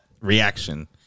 reaction